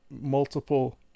multiple